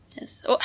Yes